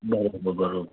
बराबरि बराबरि